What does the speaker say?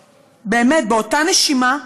באמת, באותה נשימה,